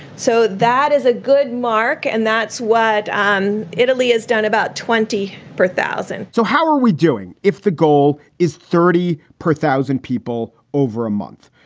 so that is a good mark. and that's what um italy has done, about twenty four thousand so how are we doing? if the goal is thirty per thousand people over a month?